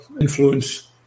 influence